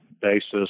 basis